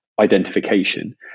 identification